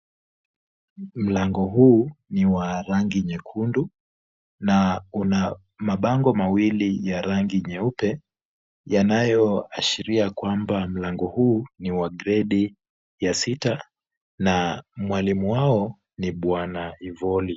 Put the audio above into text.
Mlango huu ni wa rangi nyekundu na una mabango mawili ya rangi nyeupe yanayoashiria kwamba mlango huu ni wa gredi ya sita na mwalimu wao ni Bwana Ivoli.